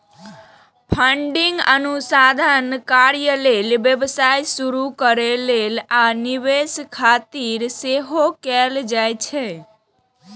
funding अनुसंधान कार्य लेल, व्यवसाय शुरू करै लेल, आ निवेश खातिर सेहो कैल जाइ छै